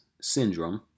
syndrome